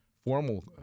formal